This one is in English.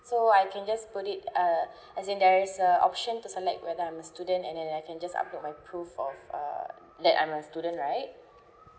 so I can just put it uh as in there is a option to select whether I'm a student and then I can just upload my proof of err that I'm a student right